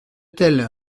telle